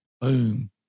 boom